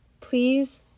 please